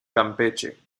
campeche